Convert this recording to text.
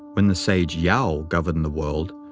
when the sage yao governed the world,